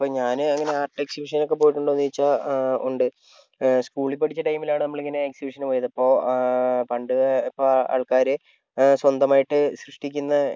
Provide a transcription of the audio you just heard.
ഇപ്പോൾ ഞാൻ അങ്ങനെ ആർട്ട് എക്സിബിഷനൊക്കെ പോയിട്ടുണ്ടോ എന്നു ചോദിച്ചാൽ ഉണ്ട് സ്കൂളിൽ പഠിച്ച ടൈമിലാണ് നമ്മളിങ്ങനെ എക്സിബിഷന് പോയത് അപ്പോൾ പണ്ട് ഇപ്പോൾ ആൾക്കാർ സ്വന്തമായിട്ട് സൃഷ്ടിക്കുന്ന